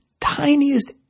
tiniest